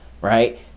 right